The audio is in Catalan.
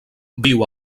viu